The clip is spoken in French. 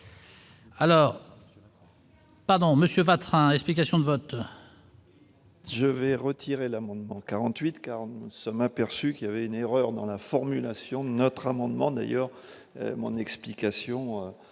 Alors. Pardon Monsieur Vatrin, explications de vote. Je vais retirer l'amendement 48 40 sommes aperçu qu'il y avait une erreur dans la formulation de notre amendement d'ailleurs mon explication